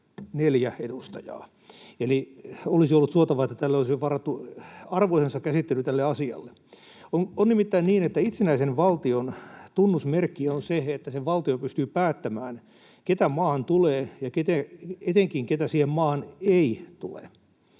neljä edustajaa. Eli olisi ollut suotavaa, että tälle asialle olisi varattu arvoisensa käsittely. On nimittäin niin, että itsenäisen valtion tunnusmerkki on se, että valtio pystyy päättämään, keitä maahan tulee ja etenkin keitä siihen maahan ei tule.